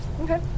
Okay